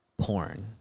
porn